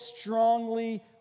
strongly